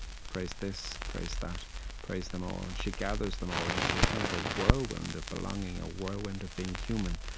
praise this praise that praise them all. she gathers them all into kind of a whirlwind of belonging, a whirlwind of being human.